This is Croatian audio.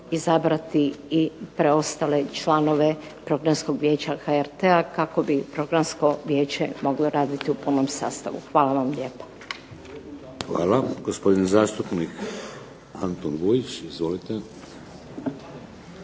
izabrati i preostale članove Programskog vijeća HRT-a, kako bi Programsko vijeće moglo raditi u punom sastavu. Hvala vam lijepa. **Šeks, Vladimir (HDZ)** Hvala. Gospodin zastupnik Antun Vujić. Izvolite.